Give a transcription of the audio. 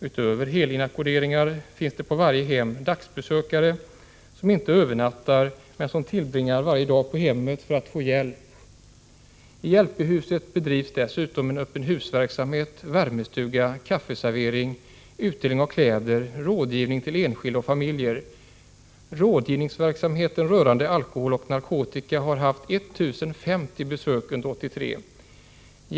Utöver helinackorderingarna finns det på varje hem dagbesökare, som inte övernattar men tillbringar varje dag på hemmet för att få hjälp. I LP-huset bedrivs dessutom en öppet-hus-verksamhet, värmestuga, kaffeservering, utdelning av kläder samt rådgivning till enskilda och familjer. Rådgivningsverksamheten rörande alkohol och narkotika har haft 1 050 besök under 1983.